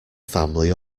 family